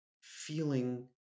feeling